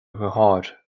dheartháir